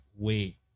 Wait